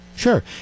Sure